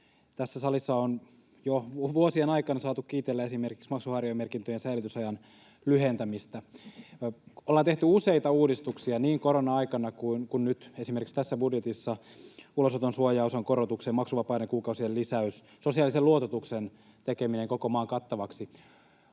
tässä salissa on jo vuosien aikana saatu kiitellä esimerkiksi maksuhäiriömerkintöjen säilytysajan lyhentämistä. Ollaan tehty useita uudistuksia niin koronan aikana kuin nyt, esimerkiksi tässä budjetissa ulosoton suojaosan korotus, maksuvapaiden kuukausien lisäys, sosiaalisen luototuksen tekeminen koko maan kattavaksi.